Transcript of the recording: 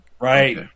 Right